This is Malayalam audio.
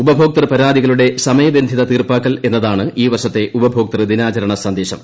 ഉപഭോക്തൃ പരാതികളുടെ സമയബന്ധിത തീർപ്പാക്കൽ എന്നതാണ് ഈ വർഷത്തെ ഉപഭോക്തൃ ദിനാചരണ സന്ദേശം